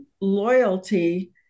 loyalty